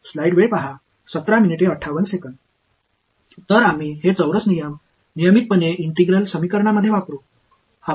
எனவே ஒருங்கிணைந்த சமன்பாடு அணுகுமுறைகளில் இந்த குவாட்ரேச்சர் விதிகளை விரிவாகப் பயன்படுத்துவோம்